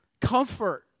comfort